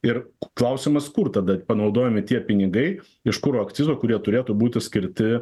ir klausimas kur tada panaudojami tie pinigai iš kuro akcizo kurie turėtų būti skirti